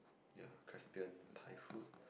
ya Caspian Thai food